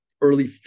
early